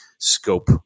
scope